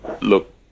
look